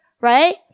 right